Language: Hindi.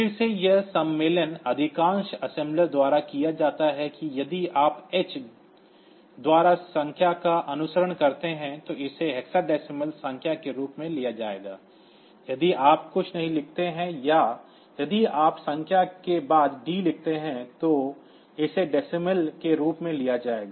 फिर से यह सम्मेलन अधिकाँश असेंबलरों द्वारा किया जाता है कि यदि आप H द्वारा संख्या का अनुसरण करते हैं तो इसे हेक्साडेसिमल संख्या के रूप में लिया जाएगा यदि आप कुछ नहीं लिखते हैं या यदि आप संख्या के बाद d लिखते हैं तो इसे दशमलव के रूप में लिया जाएगा